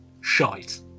shite